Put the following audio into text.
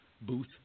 booth